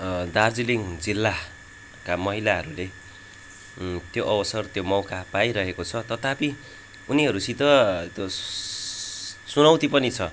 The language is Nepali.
दार्जिलिङ जिल्लाका महिलाहरूले त्यो अवसर त्यो मौका पाइरहेको छ तथापि उनीहरूसित त्यो चुनौती पनि छ